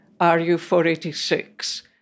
RU486